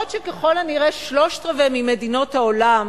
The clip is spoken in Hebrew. ואף שככל הנראה שלושת-רבעי ממדינות העולם